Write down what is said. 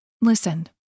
Listen